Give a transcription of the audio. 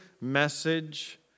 message